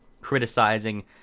criticizing